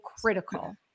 critical